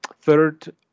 third